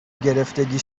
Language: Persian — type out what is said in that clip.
گرفتگی